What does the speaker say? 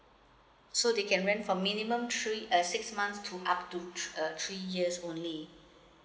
so they can rent from minimum three uh six months to up to thre~ uh three years only